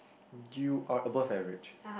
you are above average